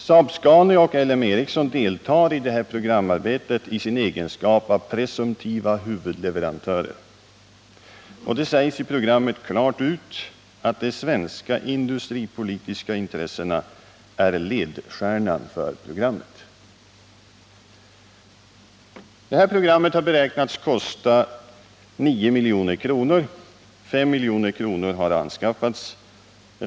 Saab-Scania och L M Ericsson deltar i programarbetet i egenskap av presumtiva huvudleverantörer. Det sägs i programmet klart ut att de svenska industripolitiska intressena är ledstjärnan för programmet. Detta program har beräknats kosta 9 milj.kr., varav 5 milj.kr. har anskaffats.